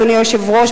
אדוני היושב-ראש,